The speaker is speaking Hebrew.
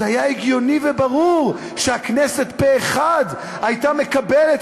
אז היה הגיוני וברור שהכנסת הייתה מקבלת